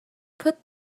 put